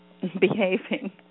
behaving